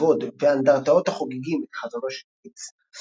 כבוד ואנדרטאות החוגגים את חזונו של קיטס.